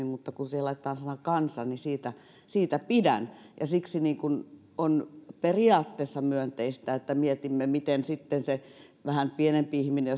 mutta kun siihen laittaa sanan kansa niin siitä siitä pidän ja siksi on periaatteessa myönteistä että mietimme miten sitten myös se vähän pienempi ihminen